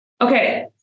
Okay